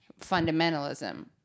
fundamentalism